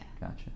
Gotcha